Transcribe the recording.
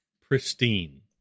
pristine